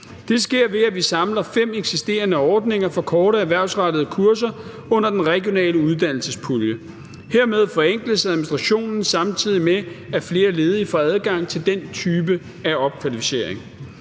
Det sker, ved at vi samler fem eksisterende ordninger for korte erhvervsrettede kurser under den regionale uddannelsespulje. Hermed forenkles administrationen, samtidig med at flere ledige får adgang til den type af opkvalificering.